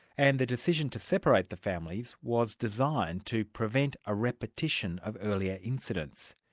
and the decision to separate the families was designed to prevent a repetition of earlier incidents.